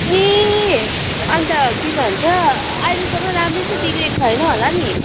ए अन्त के भन्छ अहिलेसम्म राम्रै छ बिग्रेको छैन होला नि